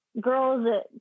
girls